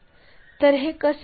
तर हे कसे करावे